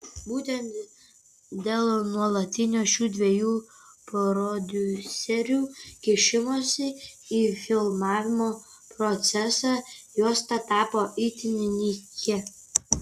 būtent dėl nuolatinio šių dviejų prodiuserių kišimosi į filmavimo procesą juosta tapo itin nykia